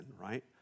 right